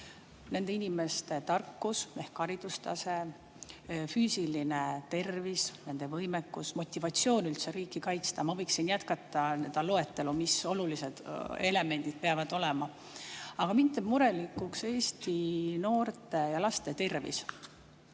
nende inimeste tarkus ehk haridustase, füüsiline tervis, võimekus ja motivatsioon üldse riiki kaitsta. Ma võiksin jätkata loetelu, mis olulised elemendid peavad olema. Aga mind teeb murelikuks Eesti noorte ja laste tervis.